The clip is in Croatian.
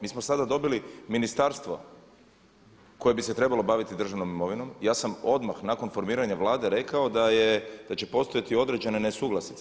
Mi smo sada dobili ministarstvo koje bi se trebalo baviti državnom imovinom, ja sam odmah nakon formiranja Vlade rekao da će postojati određene nesuglasice.